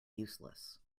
useless